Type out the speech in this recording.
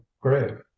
grave